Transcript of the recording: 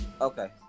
Okay